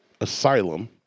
asylum